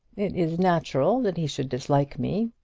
it is natural that he should dislike me.